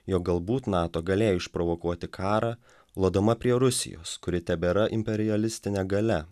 jog galbūt nato galėjo išprovokuoti karą lodama prie rusijos kuri tebėra imperialistinė galia